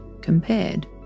compared